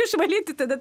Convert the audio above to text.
išvalyti tada